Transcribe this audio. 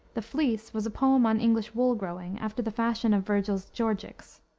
the fleece was a poem on english wool-growing, after the fashion of vergil's georgics.